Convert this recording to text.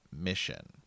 mission